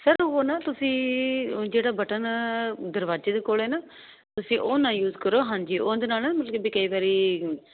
sir ਉਹ ਨਾ ਤੁਸੀਂ ਜਿਹੜਾ ਬਟਨ ਦਰਵਾਜੇ ਦੇ ਕੋਲ ਨਾ ਤੁਸੀਂ ਉਹ ਨਾ ਯੂਜ ਕਰੋ ਹਾਂਜੀ ਉਹਦੇ ਨਾਲ ਨਾ ਮਤਲਬ ਕਈ ਵਾਰੀ